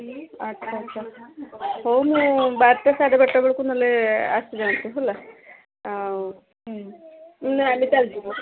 ଆଚ୍ଛା ଆଚ୍ଛା ହଉ ମୁଁ ବାରଟା ସାଢ଼େ ବାରଟା ବେଳକୁ ନହେଲେ ଆସିଯାଆନ୍ତୁ ହେଲା ଆଉ ନାହିଁ ଆମେ ଚାଲିଯିବୁ